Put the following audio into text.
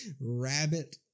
rabbit